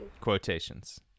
Quotations